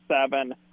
seven